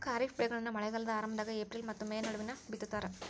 ಖಾರಿಫ್ ಬೆಳೆಗಳನ್ನ ಮಳೆಗಾಲದ ಆರಂಭದಾಗ ಏಪ್ರಿಲ್ ಮತ್ತ ಮೇ ನಡುವ ಬಿತ್ತತಾರ